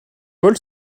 paul